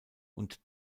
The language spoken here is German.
und